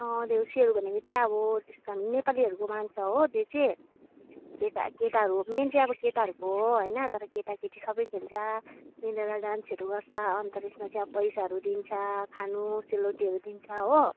देउसीहरू भनेको चाहिँ अब त्यस्तो हाम्रो नेपालीहरूको मान्छ होइन त्यो चाहिँ त्यही त केटाहरू हो मेन चाहिँ अब केटाहरू हो होइन तर केटीकेटी सबै खेल्छ मिलेर डान्सहरू गर्छ अन्त त्यसमा चाहिँ अब पैसाहरू दिन्छ खानु सेलरोटीहरू दिन्छ हो